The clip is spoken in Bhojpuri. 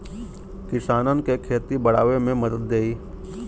किसानन के खेती बड़ावे मे मदद देई